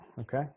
Okay